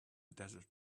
desert